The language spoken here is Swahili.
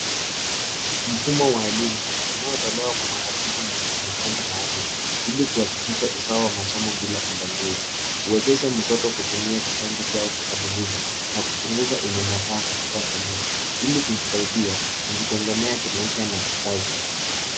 Mfumo wa elimu unaotolewa kwa mwanafunzi mwenye mahitaji maalum, ili kuhakikisha usawa wa masomo bila ubaguzi, huwezesha mtoto kutumia vipaji vyao kikamilifu na kupunguza unyanyapaa katika jamii, ili kujisaidia kujitegemea kimaisha na kikazi.